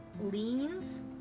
leans